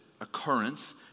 occurrence